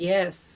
Yes